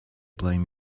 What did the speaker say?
blame